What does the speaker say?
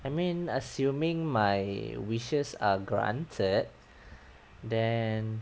I mean assuming my wishes are granted then